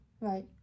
Right